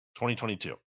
2022